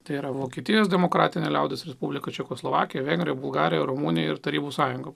tai yra vokietijos demokratinė liaudies respublika čekoslovakija vengrija bulgarija rumunija ir tarybų sąjungos